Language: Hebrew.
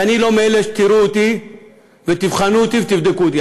ואני לא מאלה תראו אותי ותבחנו אותי ותבדקו אותי,